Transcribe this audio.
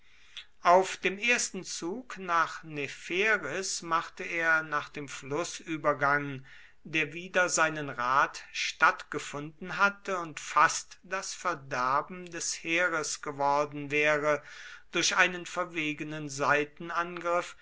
auf dem ersten zug nach nepheris machte er nach dem flußübergang der wider seinen rat stattgefunden hatte und fast das verderben des heeres geworden wäre durch einen verwegenen